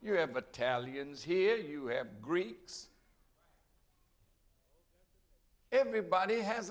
you have a tally and here you have greeks everybody has a